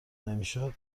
نمیشدو